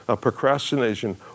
procrastination